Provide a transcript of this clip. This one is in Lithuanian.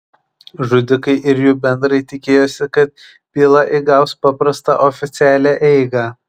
žudikai ir jų bendrai tikėjosi kad byla įgaus paprastą oficialią eigą